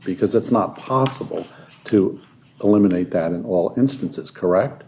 because it's not possible to eliminate that in all instances correct